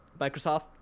Microsoft